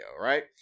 right